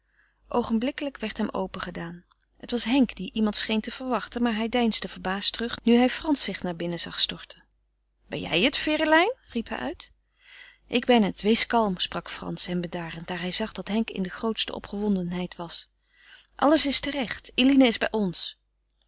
oogenblikkelijk werd hem open gedaan het was henk die iemand scheen te verwachten maar hij deinsde verbaasd terug nu hij frans zich naar binnen zag storten ben jij het ferelijn riep hij uit ik ben het wees kalm sprak frans hem bedarend daar hij zag dat henk in de grootste opgewondenheid was alles is terecht eline is bij ons